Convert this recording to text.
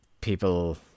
people